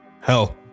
hell